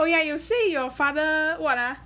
oh yeah you say your father what ah